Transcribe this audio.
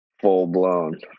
full-blown